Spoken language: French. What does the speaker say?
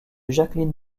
jacqueline